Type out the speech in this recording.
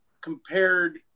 compared